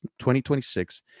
2026